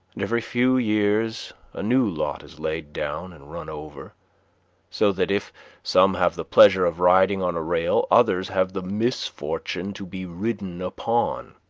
every few years a new lot is laid down and run over so that, if some have the pleasure of riding on a rail, others have the misfortune to be ridden upon.